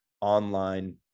online